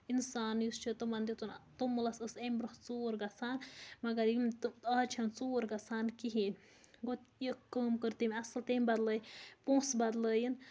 اِنسان یُس چھِ تِمَن دِتُن توٚملَس ٲس اَمہِ برٛونٛہہ ژوٗر گژھان مَگر یِم تہٕ آز چھَنہٕ ژوٗر گژھان کِہیٖنۍ گوٚو یہِ کٲم کٔر تٔمۍ اَصٕل تٔمۍ بَدلٲے پونٛسہٕ بَدلٲیِن